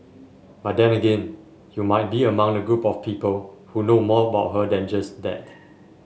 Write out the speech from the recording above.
but then again you might be among the group of people who know more about her than just that